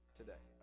today